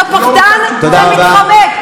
אתה פחדן ומתחמק.